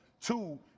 Two